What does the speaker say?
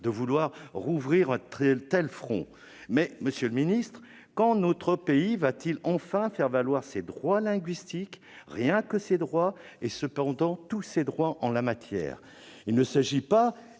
de vouloir ouvrir un tel front. Mais, monsieur le secrétaire d'État, quand notre pays va-t-il enfin faire valoir ses droits linguistiques, rien que ses droits et cependant tous ses droits, en la matière ?